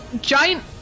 giant